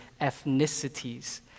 ethnicities